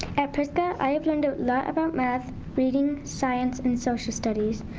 at prescott i have learned a lot about math, reading, science and social studies.